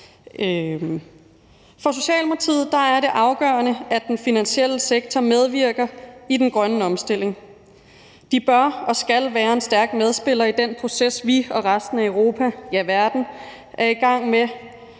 For Socialdemokratiet er det afgørende, at den finansielle sektor medvirker i den grønne omstilling. De bør og skal være en stærk medspiller i den proces, vi og resten af Europa, ja, hele verden er i gang med: